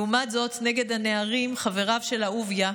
לעומת זאת נגד הנערים, חבריו של אהוביה,